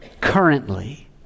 currently